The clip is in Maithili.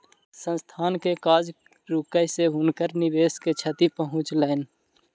संस्थान के काज रुकै से हुनकर निवेश के क्षति पहुँचलैन